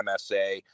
MSA